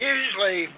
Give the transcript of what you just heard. Usually